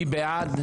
מי בעד?